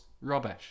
rubbish